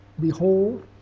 Behold